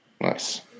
Nice